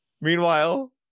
Meanwhile